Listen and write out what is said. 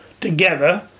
together